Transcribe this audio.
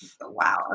wow